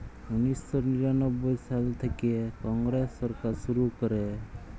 উনিশ শ নিরানব্বই সাল থ্যাইকে কংগ্রেস সরকার শুরু ক্যরে